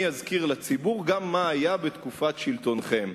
אני אזכיר לציבור גם מה היה בתקופת שלטונכם,